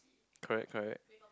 correct correct